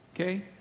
Okay